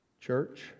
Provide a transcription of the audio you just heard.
Church